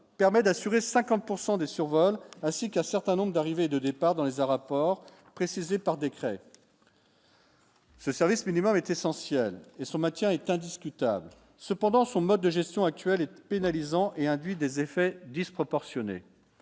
comme. Pourcent des survols ainsi qu'un certain nombre d'arrivées de départ dans un rapport, précisé par décret. Ce service minimum est essentielle et son maintien est indiscutable, cependant, son mode de gestion actuelle et pénalisant et induit des effets disproportionnés,